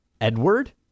Edward